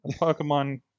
Pokemon